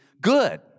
good